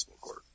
court